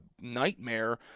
nightmare